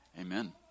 Amen